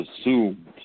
assumed